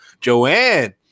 Joanne